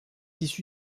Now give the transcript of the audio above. issu